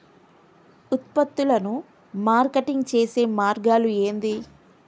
ఉత్పత్తులను మార్కెటింగ్ చేసే మార్గాలు ఏంది?